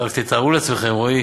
תתארו לעצמכם, רועי,